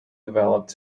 developed